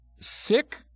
sick